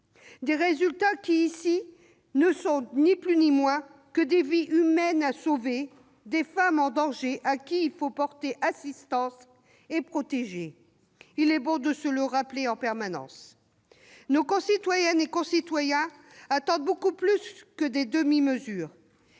Des résultats qui, ici, ne sont ni plus ni moins que des vies humaines à sauver, des femmes en danger auxquelles il faut porter assistance et qu'il faut protéger. Il est bon de se le rappeler en permanence. Nos concitoyennes et nos concitoyens attendent beaucoup plus que des demi-mesures.